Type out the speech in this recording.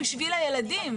בשביל הילדים.